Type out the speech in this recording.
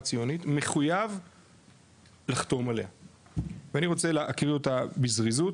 הציונית מחויב לחתום עליה ואני רוצה להקריא אותה בזריזות.